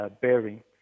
bearing